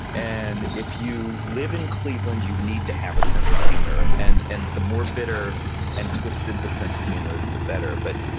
and, if you live in cleveland, you need to have a sense of humor. and and the more bitter and twisted the sense of humor, the better. but,